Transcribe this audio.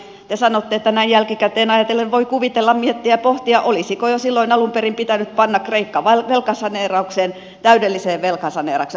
te sanoitte että näin jälkikäteen ajatellen voi kuvitella miettiä ja pohtia olisiko jo silloin alun perin pitänyt panna kreikka velkasaneeraukseen täydelliseen velkasaneeraukseen